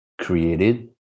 created